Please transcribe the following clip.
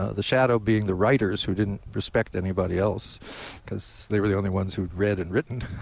ah the shadow being the writers who didn't respect anybody else because they were the only ones who'd read and written.